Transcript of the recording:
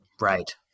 Right